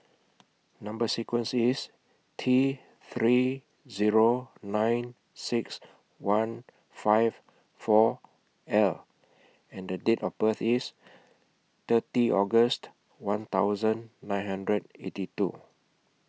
Number sequence IS T three Zero nine six one five four L and The Date of birth IS thirty August one thousand nine hundred eighty two